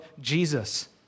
Jesus